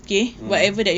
mm